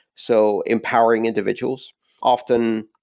so empowering individuals often,